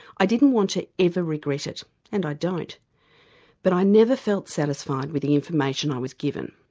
i didn't want to ever regret it and i don't but i never felt satisfied with the information i was given.